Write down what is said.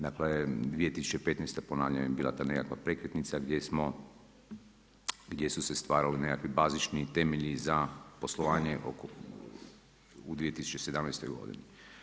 Dakle 2015. ponavljam je bila ta nekakva prekretnica gdje su se stvarali nekakvi bazični temelji za poslovanje u 2017. godini.